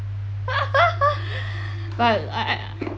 but I I